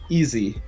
easy